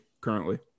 currently